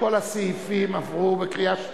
כל הסעיפים עברו,